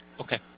Okay